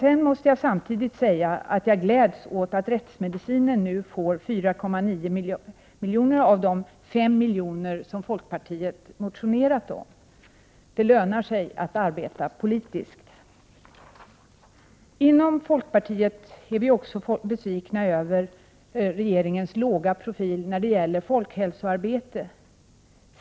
Samtidigt måste jag säga att jag gläds åt att rättsmedicinen nu får 4,9 miljoner. Vi i folkpartiet hade motionerat om att den skulle få 5 miljoner. Det lönar sig alltså att arbeta politiskt! Vidare är vi i folkpartiet besvikna över regeringens låga profil när det gäller folkhälsoarbete.